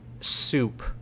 soup